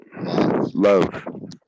Love